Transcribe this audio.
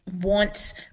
want